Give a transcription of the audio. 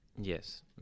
Yes